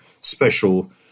special